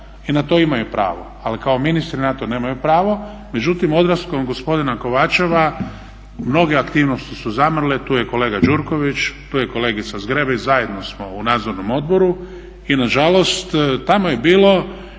i na to imaju pravo, ali kao ministri na to nemaju pravo. Međutim odlaskom gospodina Kovačeva mnoge aktivnosti su zamrle, tu je kolega Gjurković, tu je kolegica Zgrebec, zajedno smo u nadzornom odboru i nažalost tamo je bilo